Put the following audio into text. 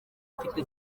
afite